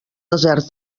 deserts